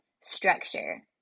structure